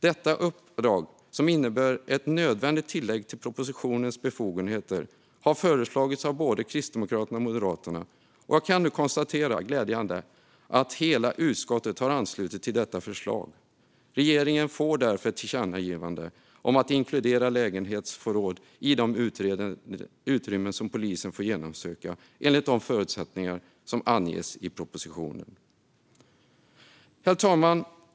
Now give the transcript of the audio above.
Detta uppdrag, som innebär ett nödvändigt tillägg till föreslagna befogenheter i propositionen, har föreslagits av både Kristdemokraterna och Moderaterna. Jag kan nu glädjande nog konstatera att hela utskottet har anslutit sig till förslaget. Regeringen kommer därför att få ett tillkännagivande om att inkludera lägenhetsförråd i de utrymmen som polisen får genomsöka enligt de förutsättningar som anges i propositionen. Herr talman!